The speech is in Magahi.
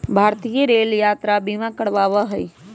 भारतीय रेल यात्रा बीमा करवावा हई